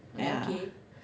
yeah